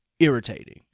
irritating